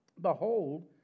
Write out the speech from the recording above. Behold